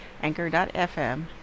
anchor.fm